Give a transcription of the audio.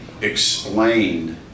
explained